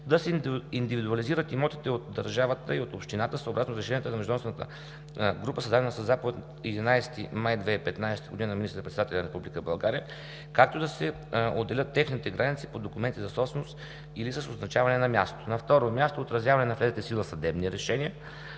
Да се индивидуализират имотите от държавата и от община съобразно решенията на Междуведомствената група, създадена със заповед от 11 май 2015 г. на министър-председателя на Република България, както и да се отделят техните граници по документи за собственост или с означаване на място. 2. Отразяване на влезлите в сила съдебни решения